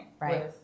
Right